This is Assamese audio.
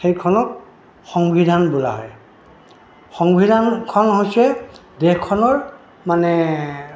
সেইখনক সংবিধান বোলা হয় সংবিধানখন হৈছে দেশখনৰ মানে